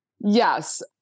yes